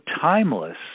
timeless